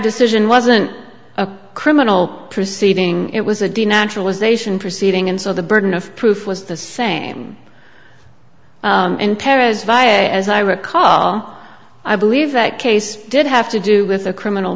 decision wasn't a criminal proceeding it was a de naturalization proceeding and so the burden of proof was the same in paris via as i recall i believe that case did have to do with a criminal